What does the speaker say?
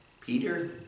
Peter